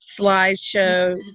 slideshow